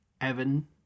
evan